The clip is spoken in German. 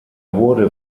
wurde